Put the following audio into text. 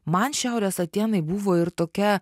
man šiaurės atėnai buvo ir tokia